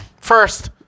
first